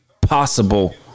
possible